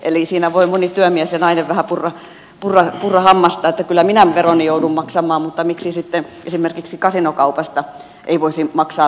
eli siinä voi moni työmies ja nainen vähän purra hammasta että kyllä minä veroni joudun maksamaan mutta miksi sitten esimerkiksi kasinokaupasta ei voisi maksaa veroa